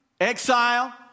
Exile